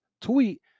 tweet